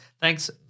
Thanks